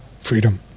freedom